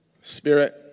Spirit